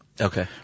Okay